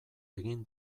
egin